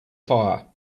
fire